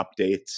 updates